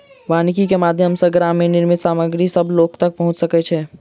वानिकी के माध्यम सॅ ग्रामीण निर्मित सामग्री सभ लोक तक पहुँच सकै छै